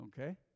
okay